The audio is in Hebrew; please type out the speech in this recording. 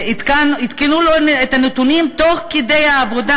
שעדכנו לו את הנתונים תוך כדי העבודה.